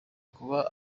kuba